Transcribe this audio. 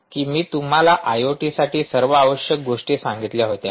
कि मी तुम्हाला आयओटीसाठी सर्व आवश्यक गोष्टी सांगितल्या होत्या